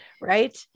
Right